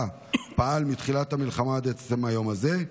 פעל מתחילת המלחמה עד עצם היום הזה?